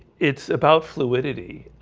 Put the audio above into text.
it's about fluidity